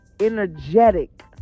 energetic